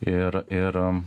ir ir